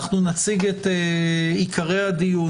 נציג את עיקרי הדיון,